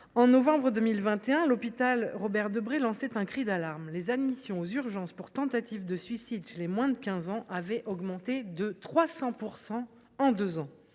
de novembre 2021, l’hôpital Robert Debré lançait un cri d’alarme : les admissions aux urgences pour tentatives de suicide chez les moins de 15 ans avaient augmenté de 300 % en deux ans.